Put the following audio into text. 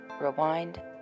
rewind